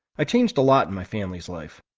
i changed a lot in my family's life.